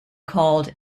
called